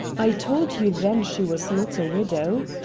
i told you then she was not a widow.